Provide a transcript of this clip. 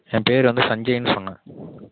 என் பேர் வந்து சஞ்சய்னு சொன்னேன்